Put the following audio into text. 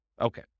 Okay